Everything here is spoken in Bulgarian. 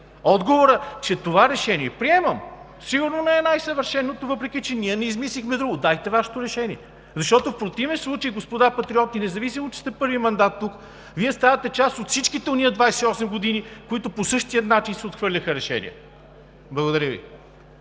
Отговорът, че това решение, приемам, сигурно не е най-съвършеното, въпреки че ние не измислихме друго, дайте Вашето решение. Защото в противен случай, господа Патриоти, независимо че сте първи мандат тук, Вие ставате част от всички онези 28 години, в които по същия начин се отхвърляха решенията. Благодаря Ви.